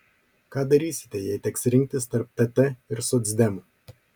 ką darysite jei teks rinktis tarp tt ir socdemų